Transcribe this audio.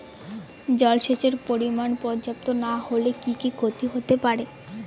জলসেচের পরিমাণ পর্যাপ্ত না হলে কি কি ক্ষতি হতে পারে?